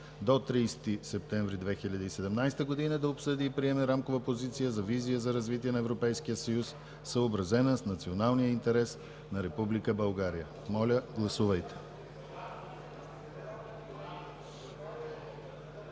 до 30 септември 2017 г. да обсъди и приеме Рамкова позиция за визия за развитие на Европейския съюз, съобразена с националния интерес на Република България.“ Моля, гласувайте.